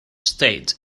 state